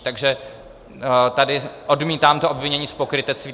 Takže tady odmítám to obvinění z pokrytectví.